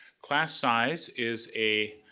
class size is a,